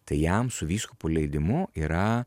tai jam su vyskupo leidimu yra